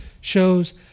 shows